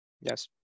Yes